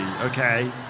okay